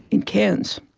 in cairns?